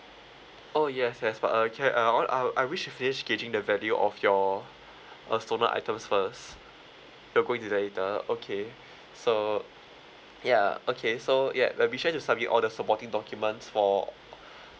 oh yes yes but uh can uh I want to I'll I'll wish to finish gauging the value of your uh stolen items first we're going to that later okay so ya okay so yup but be sure to submit all the supporting documents for